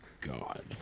God